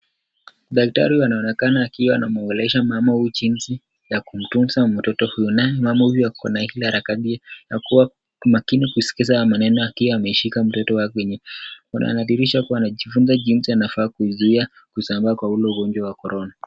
Dakitari huyu anaonekana akiwa anamuongelesha mama huyu jinsi, ya kumtunza mtoto huyu. Naye mama huyu ako na ile harakati ya kuwa, makini kusikiza hayo maneno akiwa ameshika mtoto wake. Anadhihirisha kuwa anajifunza jinsi anafaa kujizuia, kusambaa kwa ule ugonjwa wa korona.